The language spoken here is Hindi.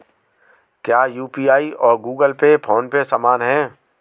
क्या यू.पी.आई और गूगल पे फोन पे समान हैं?